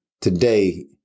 today